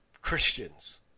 Christians